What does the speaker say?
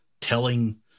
telling